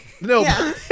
No